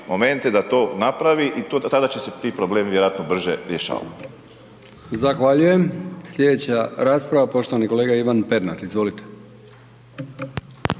da to napravi i tada će se ti problemi vjerojatno brže rješavati.